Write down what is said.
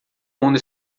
mundo